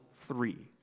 three